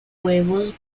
huevos